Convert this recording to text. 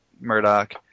Murdoch